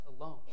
alone